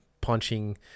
punching